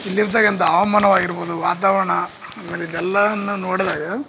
ಇಲ್ಲಿರ್ತಕ್ಕಂಥ ಹವಾಮಾನವಾಗಿರ್ಬೌದು ವಾತಾವರ್ಣ ಆಮೇಲೆ ಇದೆಲ್ಲದನ್ನ ನೋಡದಾಗ